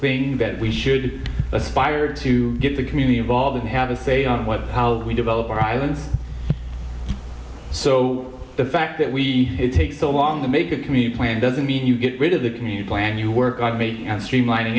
thing that we should aspire to get the community involved and have a say on what how we develop our island so the fact that we take so long to make a community plan doesn't mean you get rid of the community plan you work i make can streamlin